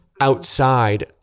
outside